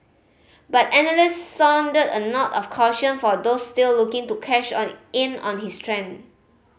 but analysts sounded a note of caution for those still looking to cash on in on his trend